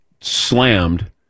slammed